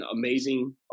amazing